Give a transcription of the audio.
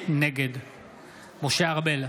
נגד משה ארבל,